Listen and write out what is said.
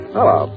Hello